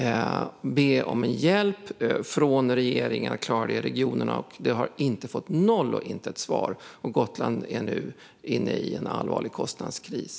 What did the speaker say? Man har bett regeringen och regionen om hjälp för att klara detta men fått noll och intet svar. Gotland är nu inne i en allvarlig kostnadskris.